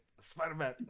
Spider-Man